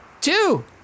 Two